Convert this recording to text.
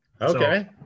okay